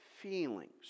feelings